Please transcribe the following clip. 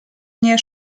nie